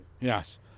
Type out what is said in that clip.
Yes